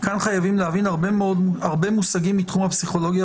כאן חייבים להבין הרבה מושגים מתחום הפסיכולוגיה